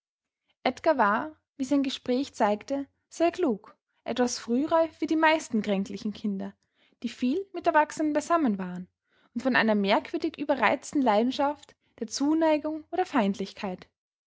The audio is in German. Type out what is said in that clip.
edgar war wie sein gespräch zeigte sehr klug etwas frühreif wie die meisten kränklichen kinder die viel mit erwachsenen beisammen waren und von einer merkwürdig überreizten leidenschaft der zuneigung oder feindlichkeit